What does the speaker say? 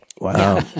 Wow